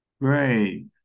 Great